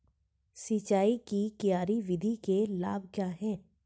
सिंचाई की क्यारी विधि के लाभ क्या हैं?